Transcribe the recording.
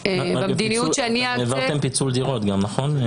המדיניות שאני --- העברתם גם פיצול דירות, נכון?